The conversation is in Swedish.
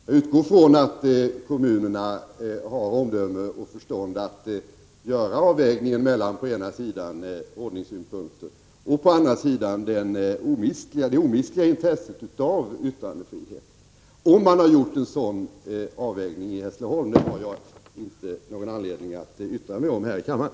Jag utgår ifrån att kommunerna har omdöme och förstånd att göra avvägningen mellan å ena sidan ordningssynpunkter och å andra sidan det omistliga intresset av yttrandefrihet. Om man har gjort en sådan avvägning i Hässleholm har jag inte någon anledning att yttra mig om här i kammaren.